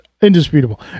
Indisputable